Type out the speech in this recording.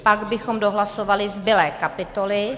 Pak bychom dohlasovali zbylé kapitoly.